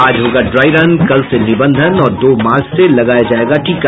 आज होगा dry run कल से निबंधन और दो मार्च से लगाया जायेगा टीका